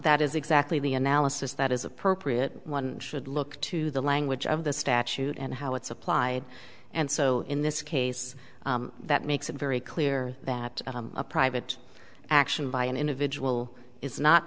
that is exactly the analysis that is appropriate one should look to the language of the statute and how it's applied and so in this case that makes it very clear that a private action by an individual is not